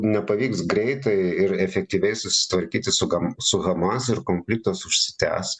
nepavyks greitai ir efektyviai susitvarkyti su gam su hamas ir konfliktas užsitęs